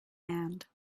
hand